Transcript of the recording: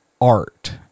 art